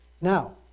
Now